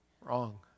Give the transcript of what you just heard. Wrong